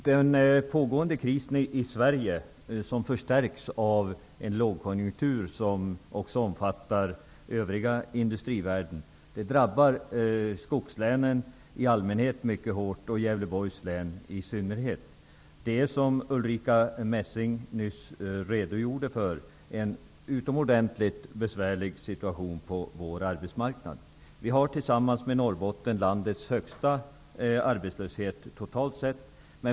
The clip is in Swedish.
Herr talman! Den pågående krisen i Sverige, som förstärks av en lågkonjunktur som också omfattar den övriga industrivärlden, drabbar mycket hårt skogslänen i allmänhet, och Gävleborgs län i synnerhet. Det är, vilket Ulrica Messing nyss redogjorde för, en utomordentligt besvärlig situation på vår arbetsmarknad. Vi har tillsammans med Norrbotten landets högsta arbetslöshet totalt sett.